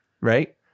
Right